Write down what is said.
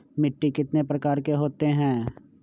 मिट्टी कितने प्रकार के होते हैं?